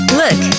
look